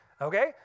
Okay